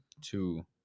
two